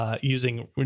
using